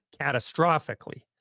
catastrophically